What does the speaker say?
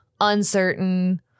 uncertain